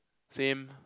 same